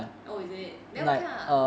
oh is it then okay lah